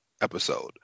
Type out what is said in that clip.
episode